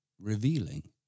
revealing